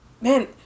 man